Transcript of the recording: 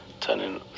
Turning